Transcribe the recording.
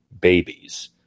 babies